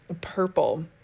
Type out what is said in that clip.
purple